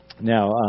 now